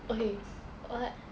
okay what